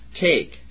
take